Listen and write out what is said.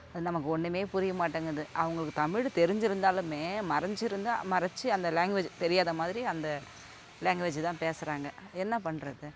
அது நமக்கு ஒன்றுமே புரிய மாட்டேங்குது அவங்களுக்கு தமிழ் தெரிஞ்சிருந்தாலுமே மறஞ்சிருந்து மறைச்சி அந்த லாங்குவேஜ் தெரியாத மாதிரி அந்த லாங்குவேஜ் தான் பேசுகிறாங்க என்ன பண்ணுறது